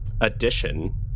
addition